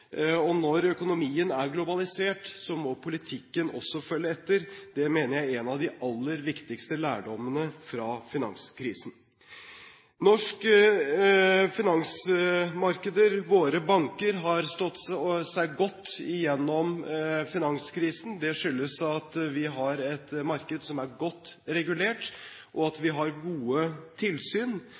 økonomi. Når økonomien er globalisert, må politikken også følge etter. Det mener jeg er en av de aller viktigste lærdommene fra finanskrisen. Norske finansmarkeder, våre banker, har stått seg godt gjennom finanskrisen. Det skyldes at vi har et marked som er godt regulert, og at vi har gode tilsyn.